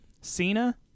Cena